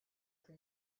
for